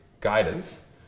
guidance